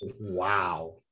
Wow